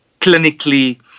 clinically